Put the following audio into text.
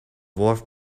worth